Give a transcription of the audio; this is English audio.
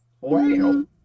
Wow